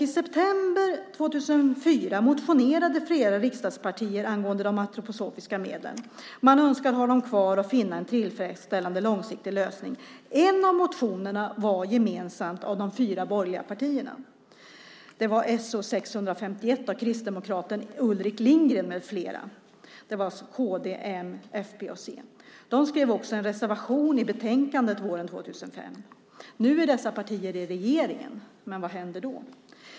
I september 2004 motionerade flera riksdagspartier angående de antroposofiska läkemedlen. Man önskade ha dem kvar och finna en tillfredsställande långsiktig lösning. En av motionerna var gemensam för de fyra borgerliga partierna. Det var 2004/05:So651 av kristdemokraten Ulrik Lindgren m.fl. . De skrev också en reservation i betänkandet våren 2005. Nu är dessa partier i regeringen - men vad händer då?